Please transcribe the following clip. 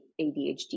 ADHD